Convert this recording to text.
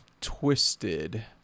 twisted